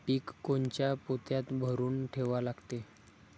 पीक कोनच्या पोत्यात भरून ठेवा लागते?